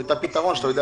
ואת הפתרון שאתה יודע